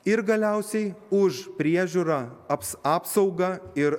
ir galiausiai už priežiūrą aps apsaugą ir